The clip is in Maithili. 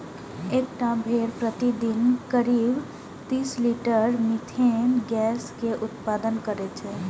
एकटा भेड़ प्रतिदिन करीब तीस लीटर मिथेन गैस के उत्पादन करै छै